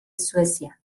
suecia